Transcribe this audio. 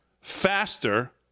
faster